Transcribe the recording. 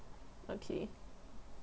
okay